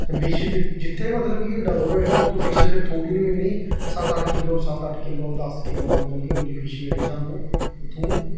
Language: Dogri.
ते फिश जित्थें जित्थें मतलब कि ओह् डबर होए ना अगर उत्थूं फिश फ्ही थोह्ड़ी निं मिलनी सत्त अट्ठ किलो सत्त अट्ठ किलो दस किलो मतलब कि इन्नी फिश जेह्ड़ी मतलब कि सानूं उत्थूं